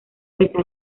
pesar